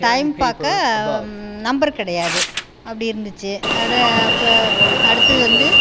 time பார்க்க number கிடையாது அப்படி இருந்துச்சு அதை ப அடுத்தது வந்து